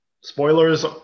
spoilers